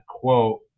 quote